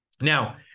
Now